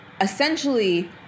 essentially